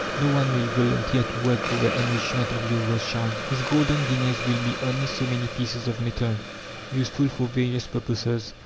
no one will volunteer to work for enrichment of your rothschild. his golden guineas will be only so many pieces of metal useful for various purposes,